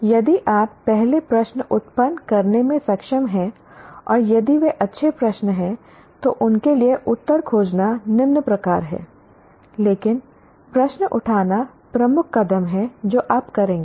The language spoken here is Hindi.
यदि आप पहले प्रश्न उत्पन्न करने में सक्षम हैं और यदि वे अच्छे प्रश्न हैं तो उनके लिए उत्तर खोजना निम्न प्रकार है लेकिन प्रश्न उठाना प्रमुख कदम है जो आप करेंगे